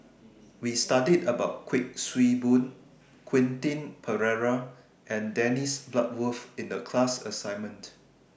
We studied about Kuik Swee Boon Quentin Pereira and Dennis Bloodworth in The class assignment